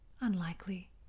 Unlikely